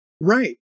Right